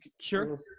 Sure